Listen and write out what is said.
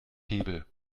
hebel